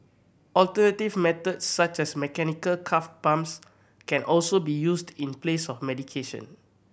alternative methods such as mechanical calf pumps can also be used in place of medication